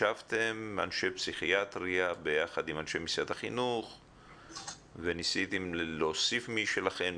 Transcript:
ישבתם אנשי פסיכיאטריה יחד עם אנשי משרד החינוך וניסיתם להוסיף משלכם?